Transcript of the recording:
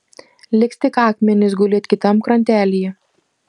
liks tik akmenys gulėt kitam krantelyje